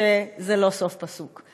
שזה לא סוף פסוק.